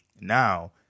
now